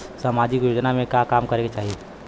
सामाजिक योजना में का काम करे के चाही?